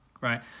right